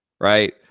right